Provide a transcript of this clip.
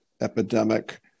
epidemic